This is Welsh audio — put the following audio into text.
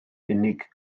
unig